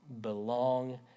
belong